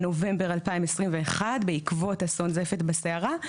בנובמבר 2021 בעקבות אסון זפת בסערה,